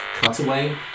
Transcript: cutaway